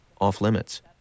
off-limits